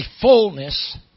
fullness